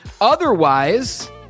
Otherwise